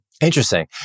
Interesting